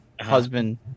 husband